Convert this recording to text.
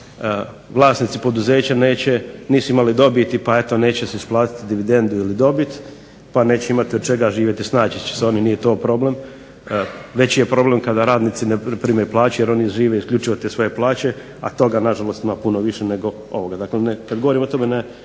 vlasnici poduzeća neće, nisu imali dobiti pa eto neće si isplatiti dividendu ili dobit, pa neće imati od čega živjeti. Snaći će se nije to problem. Veći je problem kada radnici ne prime plaću jer oni žive isključivo od te svoje plaće, a toga na žalost ima puno više nego ovoga.